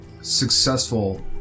successful